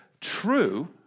true